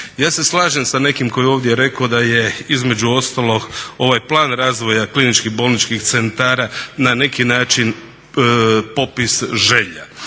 Ja se slažem sa nekim ko je ovdje rekao da je između ostalog ovaj plan razvoja kliničkih bolničkih centara na neki način popis želja.